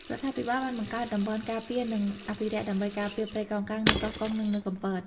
រដ្ឋាភិបាលបានបង្កើតតំបន់ការពារនិងអភិរក្សដើម្បីការពារព្រៃកោងកាងនៅកោះកុងនិងនៅកំពត។